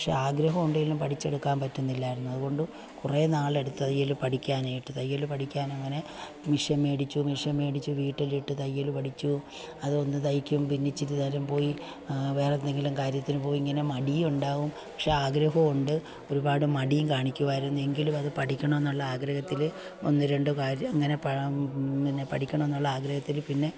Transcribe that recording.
പക്ഷേ ആഗ്രഹമുണ്ടെങ്കിലും പഠിച്ചെടുക്കാൻ പറ്റുന്നില്ലായിരുന്നു അതുകൊണ്ട് കുറേ നാൾ എടുത്ത് തയ്യൽ പഠിക്കാനായിട്ട് തയ്യൽ പഠിക്കാൻ എങ്ങനെ മിഷീൻ മേടിച്ചു മിഷീൻ മേടിച്ചു വീട്ടിൽ ഇട്ട് തയ്യൽ പഠിച്ചു അതൊന്നു തയ്ക്കും പിന്നെ ഇച്ചിരി നേരം പോയി വേറെ എന്തെങ്കിലും കാര്യത്തിന് പോയി ഇങ്ങനെ മടിയുണ്ടാകും പക്ഷേ ആഗ്രഹമുണ്ട് ഒരുപാട് മടിയും കാണിക്കുമായിരുന്നു എങ്കിലും അത് പഠിക്കണമെന്നുള്ള ആഗ്രഹത്തിൽ ഒന്ന് രണ്ട് കാര്യമിങ്ങനെ പിന്നെ പഠിക്കണമെന്നുള്ള ആഗ്രഹത്തിൽ പിന്നെ